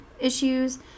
issues